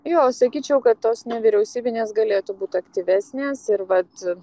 jo sakyčiau kad tos nevyriausybinės galėtų būt aktyvesnės ir vat